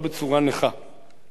החוק שאני מעלה היום,